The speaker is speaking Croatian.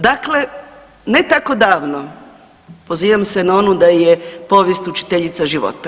Dakle, ne tako davno pozivam se na onu da je povijest učiteljica života.